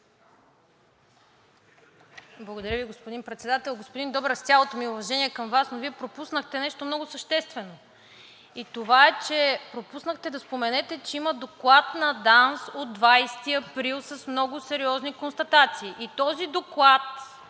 Благодаря Ви, господин Председател. Господин Добрев, с цялото ми уважение към Вас, но Вие пропуснахте нещо много съществено и това е, че пропуснахте да споменете, че има доклад на ДАНС от 20 април с много сериозни констатации и този доклад